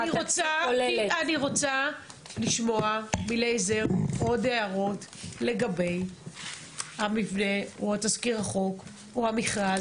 אני רוצה לשמוע מאליעזר עוד הערות לגבי תזכיר החוק או המכרז.